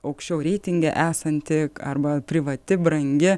aukščiau reitinge esanti arba privati brangi